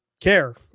care